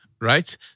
right